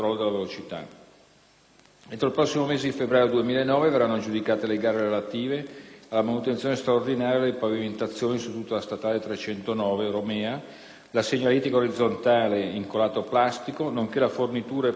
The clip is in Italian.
Entro il prossimo mese di febbraio 2009 verranno aggiudicate le gare relative alla manutenzione straordinaria delle pavimentazioni su tutta la statale 309 Romea, la segnaletica orizzontale in colato plastico nonché la fornitura e posa di nuove barriere